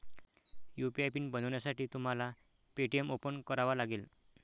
UPI PIN बनवण्यासाठी तुम्हाला Paytm open करावा लागेल